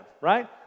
right